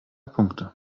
punkte